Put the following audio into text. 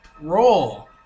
Roll